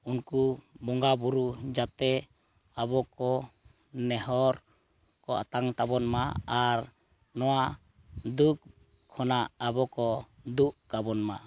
ᱩᱱᱠᱩ ᱵᱚᱸᱜᱟ ᱵᱩᱨᱩ ᱡᱟᱛᱮ ᱟᱵᱚ ᱠᱚ ᱱᱮᱦᱚᱨ ᱠᱚ ᱟᱛᱟᱝ ᱛᱟᱵᱚᱱ ᱢᱟ ᱟᱨ ᱱᱚᱣᱟ ᱫᱩᱠ ᱠᱷᱚᱱᱟᱜ ᱟᱵᱚᱠᱚ ᱫᱩᱜ ᱠᱟᱵᱚᱱ ᱢᱟ